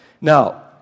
Now